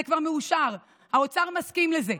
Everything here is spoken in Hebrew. זה כבר מאושר, האוצר מסכים לזה,